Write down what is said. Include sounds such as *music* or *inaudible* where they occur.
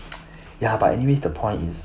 *noise* ya but anyways the point is